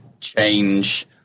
change